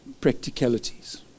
practicalities